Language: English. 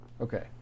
Okay